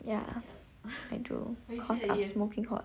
ya I do cause I'm smoking hot